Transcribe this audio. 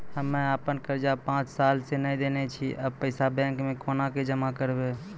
हम्मे आपन कर्जा पांच साल से न देने छी अब पैसा बैंक मे कोना के जमा करबै?